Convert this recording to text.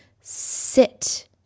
Sit